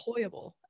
employable